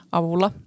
avulla